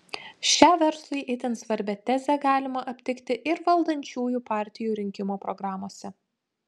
šią verslui itin svarbią tezę galima aptikti ir valdančiųjų partijų rinkimų programose